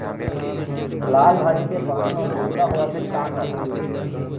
लाल भाजी के पान म भूलका होवथे, का करों?